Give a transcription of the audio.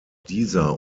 dieser